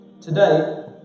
Today